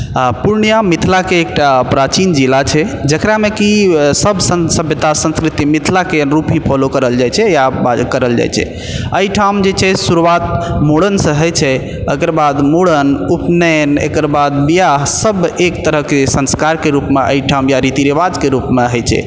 पूर्णियाँ मिथिलाके एक टा प्राचीन जिला छै जेकरामे कि सब सन सभ्यता संस्कृति मिथिलाके अनुरूप ही फॉलो करल जाइ छै या बाज करल जाइ छै एहि ठाम जे छै शुरुआत मूरन से होइ छै एकरबाद मूरन उपनयन एकरबाद विवाह सब एक तरहके संस्कारके रूपमे या एहि ठाम रीति रिवाजके रूपमे होइ छै